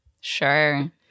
sure